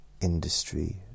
industry